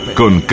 con